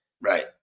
Right